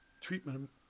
treatment